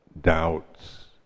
doubts